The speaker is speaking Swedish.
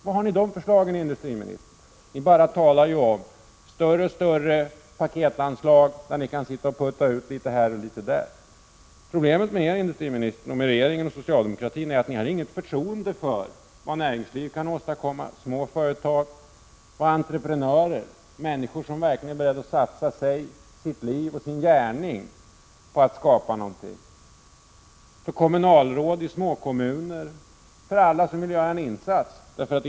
Var har ni förslagen? Ni talar bara om större och större paketanslag av vilka ni kan putta ut litet här och litet där. Problemet med regeringen och socialdemokratin är att ni inte har något förtroende för vad näringslivet kan åstadkomma, små företag, entreprenörer, människor som verkligen är beredda att satsa sig, sitt liv och sin gärning på att skapa någonting, kommunalråd i små kommuner, alla som vill göra en insats.